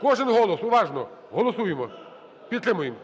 Кожен голос. Уважно! Голосуємо. Підтримуємо.